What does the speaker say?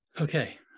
Okay